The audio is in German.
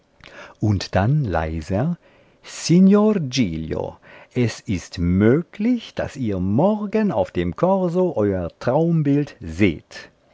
und dann leiser signor giglio es ist möglich daß ihr morgen auf dem korso euer traumbild seht